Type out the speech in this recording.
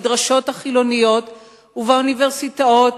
במדרשות החילוניות ובאוניברסיטאות,